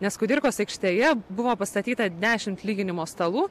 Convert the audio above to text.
nes kudirkos aikštėje buvo pastatyta dešimt lyginimo stalų